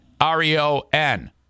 R-E-O-N